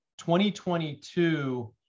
2022